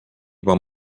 juba